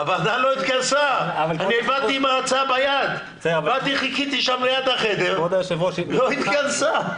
באתי, חיכיתי שם ליד החדר, לא התכנסה.